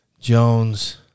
Jones